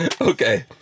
Okay